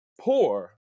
poor